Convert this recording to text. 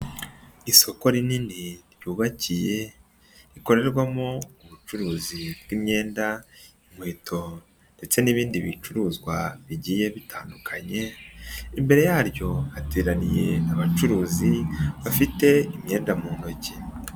Isoko rinini ryubakiye rikorerwamo ubucuruzi bw'imyenda, inkweto ndetse n'ibindi bicuruzwa bigiye bitandukanye, imbere yaryo hateraniye abacuruzi bafite imyenda mu ntoki.